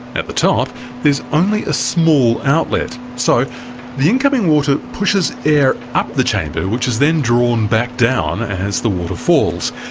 at the top there is only a small outlet, so the incoming water pushes air up the chamber which is then drawn back down as the water falls,